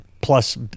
plus